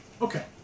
Okay